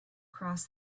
cross